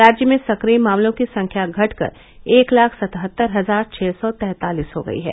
राज्य में सक्रिय मामलों की संख्या घट कर एक लाख सतहत्तर हजार छः सौ तैंतालीस हो गयी है